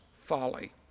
folly